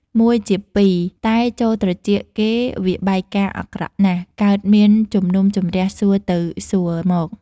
មួយជាពីរ តែចូលត្រចៀកគេវាបែកការណ៍អាក្រក់ណាស់ កើតមានជំនុំជម្រះសួរទៅសួរមក